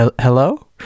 Hello